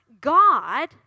God